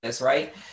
right